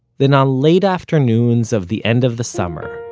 then on late afternoons of the end of the summer,